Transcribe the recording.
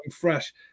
fresh